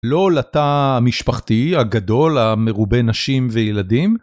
לא לתא המשפחתי הגדול, המרובה נשים וילדים...